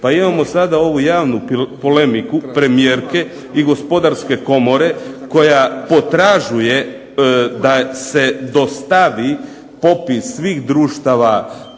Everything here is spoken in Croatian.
Pa imamo sada ovu javnu polemiku premijerke i Gospodarske komore koja potražuje da se dostavi popis svih društava